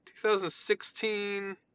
2016